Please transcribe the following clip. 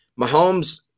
Mahomes